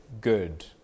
good